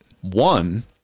One